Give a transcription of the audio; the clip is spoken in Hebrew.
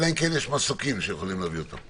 אלא אם כן יש מסוקים שיכולים להביא אותו.